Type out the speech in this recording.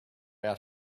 out